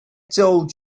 told